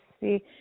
see